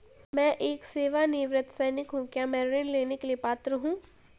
मैं एक सेवानिवृत्त सैनिक हूँ क्या मैं ऋण लेने के लिए पात्र हूँ?